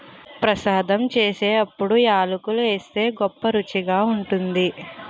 ప్రసాదం సేత్తున్నప్పుడు యాలకులు ఏస్తే గొప్పరుసిగా ఉంటాది